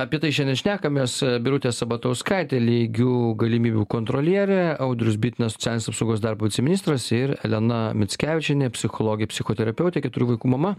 apie tai šiandien šnekamės birutė sabatauskaitė lygių galimybių kontrolierė audrius bitinas socialinės apsaugos darbo viceministras ir elena mickevičienė psichologė psichoterapeutė keturių vaikų mama